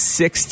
six